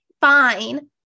fine